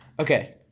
Okay